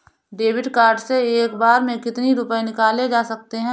David card से एक बार में कितनी रूपए निकाले जा सकता है?